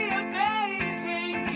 amazing